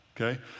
Okay